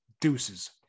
deuces